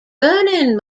vernon